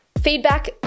feedback